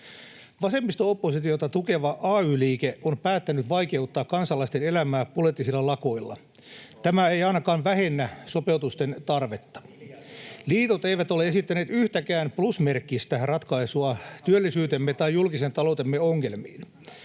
Vasemmisto-oppositiota tukeva ay-liike on päättänyt vaikeuttaa kansalaisten elämää poliittisilla lakoilla. Tämä ei ainakaan vähennä sopeutusten tarvetta. Liitot eivät ole esittäneet yhtäkään plusmerkkistä ratkaisua työllisyytemme tai julkisen taloutemme ongelmiin.